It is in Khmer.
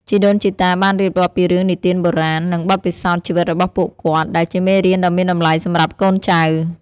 ជីដូនជីតាបានរៀបរាប់ពីរឿងនិទានបុរាណ និងបទពិសោធន៍ជីវិតរបស់ពួកគាត់ ដែលជាមេរៀនដ៏មានតម្លៃសម្រាប់កូនចៅ។